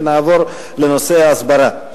ונעבור לנושא ההסברה.